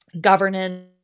governance